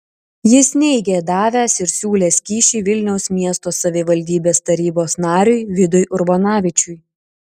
jis neigė davęs ir siūlęs kyšį vilniaus miesto savivaldybės tarybos nariui vidui urbonavičiui